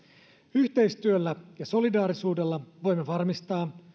yhteistyöllä ja solidaarisuudella voimme varmistaa